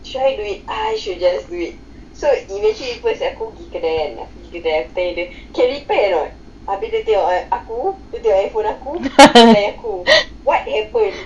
try we I should just wait so you mean she at home you get ahead you the~ they they can repair or ability or or go with their iphone or cold air cool white apron sky then err I don't know last night eh I really don't know eh you give exists food opposite the airport who got a C is you know what